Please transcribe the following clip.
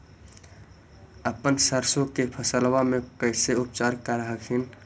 अपन सरसो के फसल्बा मे कैसे उपचार कर हखिन?